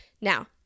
Now